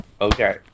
Okay